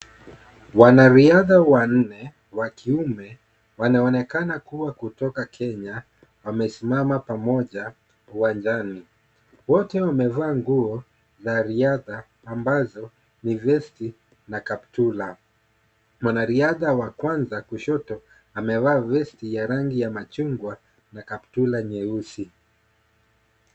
Wanariadha wanne wa kiume wanaonekana kuwa kutoka Kenya wamesimama pamoja uwanjani. Wote wamevaa nguo za riadha ambazo vesti na kaptura. Mwanariadha wa kwanza kushoto amevaa vesti ya rangi ya machungwa na kaptura nyeusi.